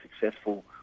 successful